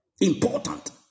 important